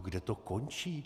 Kde to končí?